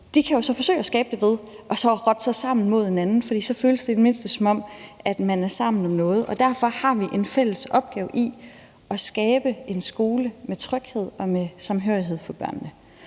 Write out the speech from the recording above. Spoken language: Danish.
kan jo så forsøge at skabe det ved at rotte sig sammen mod en anden, for så føles det i det mindste, som om man er sammen om noget. Derfor har vi en fælles opgave i at skabe en skole med tryghed og med samhørighed for børnene.